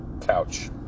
couch